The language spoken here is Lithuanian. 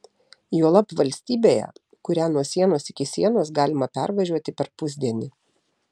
juolab valstybėje kurią nuo sienos iki sienos galima pervažiuoti per pusdienį